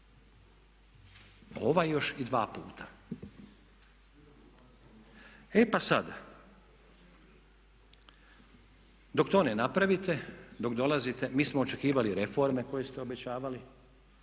ovaj još i dva puta. E pa sada dok to ne napravite, dok dolazite, mi smo očekivali reforme koje ste obećavali,